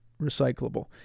recyclable